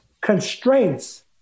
constraints